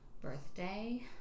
birthday